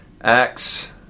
Acts